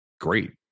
great